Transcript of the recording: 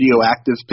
Radioactive